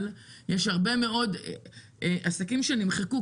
אבל יש הרבה מאוד עסקים שנמחקו,